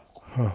!huh!